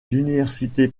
l’université